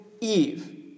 Eve